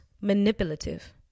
manipulative